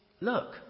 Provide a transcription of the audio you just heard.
look